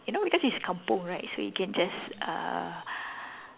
you know because it's kampung right so you can just uh